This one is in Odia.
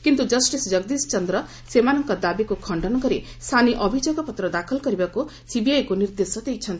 କିନ୍ତୁ ଜଷ୍ଟିସ୍ ଜଗଦୀଶ ଚନ୍ଦ୍ର ସେମାନଙ୍କ ଦାବୀକୁ ଖଣ୍ଡନ କରି ସାନି ଅଭିଯୋଗ ପତ୍ର ଦାଖଲ କରିବାକୁ ସିବିଆଇକୁ ନିର୍ଦ୍ଦେଶ ଦେଇଛନ୍ତି